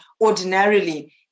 ordinarily